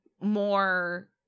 more